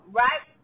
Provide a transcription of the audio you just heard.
right